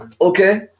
Okay